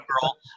girl